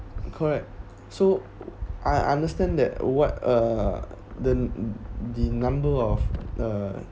correct so I understand that what uh the the number of uh